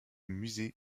musée